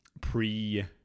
pre-